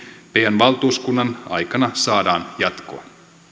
pn valtuuskunnan aikana saadaan jatkoa